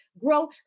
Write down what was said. grow